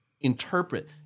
interpret